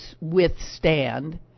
withstand